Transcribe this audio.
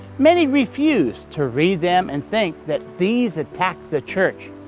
many refuse to read them and think that these attack the church.